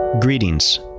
Greetings